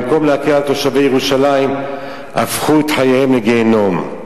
במקום להקל על תושבי ירושלים הפכו את חייהם לגיהינום.